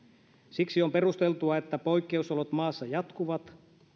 siksi on perusteltua että poikkeusolot maassa jatkuvat